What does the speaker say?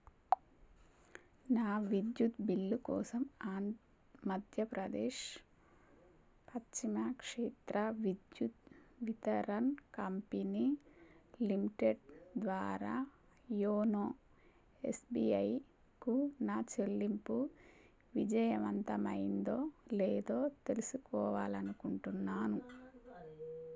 నా విద్యుత్ బిల్లు కోసం ఆంద్ మధ్య ప్రదేశ్ పశ్చిమా క్షేత్ర విద్యుత్ వితారన్ కంపెనీ లిమిటెడ్ ద్వారా యోనో ఎస్బీఐకు నా చెల్లింపు విజయవంతమైందో లేదో తెలుసుకోవాలనుకుంటున్నాను